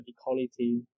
equality